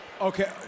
Okay